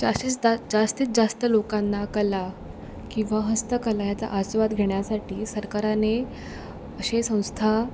जासिज दा जास्तीत जास्त लोकांना कला किंवा हस्तकला याचा आस्वाद घेण्यासाठी सरकारने असे संस्था